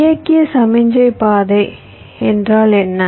இயக்கிய சமிக்ஞை பாதை என்றால் என்ன